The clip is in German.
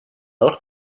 auch